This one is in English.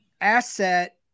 asset